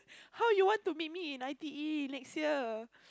how you want to meet me in I_T_E next year